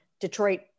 detroit